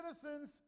citizens